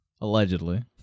Allegedly